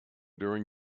during